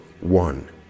one